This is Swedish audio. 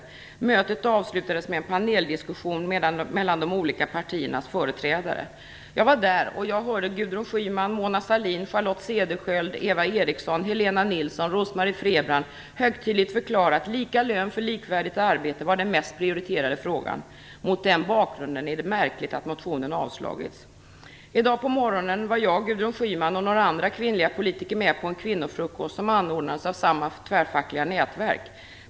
Mötet avslutades med en paneldiskussion mellan de olika partiernas företrädare. Jag var där, och jag hörde Gudrun Schyman, Mona Sahlin, Charlotte Cederschiöld, Eva Eriksson, Helena Nilsson och Rose-Marie Frebran högtidligt förklara att lika lön för likvärdigt arbete var den mest prioriterade frågan. Mot den bakgrunden är det märkligt att motionen har avstyrkts. I dag på morgonen var jag, Gudrun Schyman och andra kvinnliga politiker med på en kvinnofrukost, som anordnades av samma tvärfackliga nätverk.